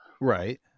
Right